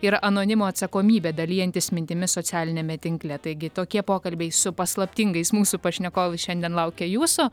ir anonimo atsakomybę dalijantis mintimis socialiniame tinkle taigi tokie pokalbiai su paslaptingais mūsų pašnekovais šiandien laukia jūsų